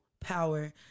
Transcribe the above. power